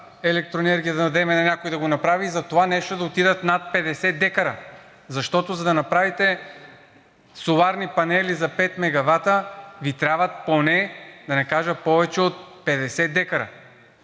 електроенергия, да дадем на някой да го направи и затова нещо да отидат над 50 дра. Защото, за да направите соларни панели за пет мегавата, Ви трябват поне 50 дра, да не кажа повече. Сега